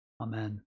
Amen